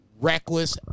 reckless